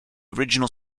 original